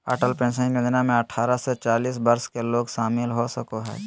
Atal pension योजना में अठारह से चालीस वर्ष के लोग शामिल हो सको हइ